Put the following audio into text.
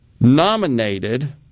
nominated